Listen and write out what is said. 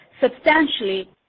Substantially